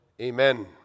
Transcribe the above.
amen